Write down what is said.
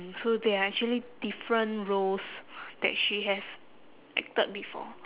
so there are actually different roles that she have acted before